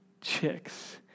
chicks